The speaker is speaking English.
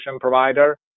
provider